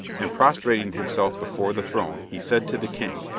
and prostrating himself before the throne, he said to the king,